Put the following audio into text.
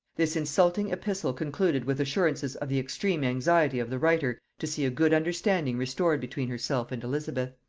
this insulting epistle concluded with assurances of the extreme anxiety of the writer to see a good understanding restored between herself and elizabeth.